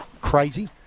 crazy